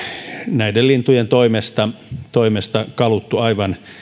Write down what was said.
näiden lintujen toimesta toimesta kaluttu aivan